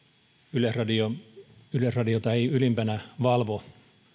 yleisradiota ei ylimpänä valvo